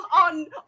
on